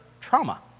trauma